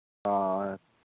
ꯑꯥ